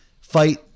fight